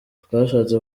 twashatse